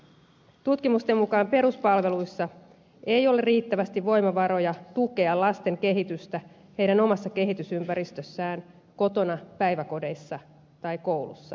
tutkimusten mukaan peruspalveluissa ei ole riittävästi voimavaroja tukea lasten kehitystä heidän omassa kehitysympäristössään kotona päiväkodeissa tai koulussa